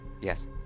yes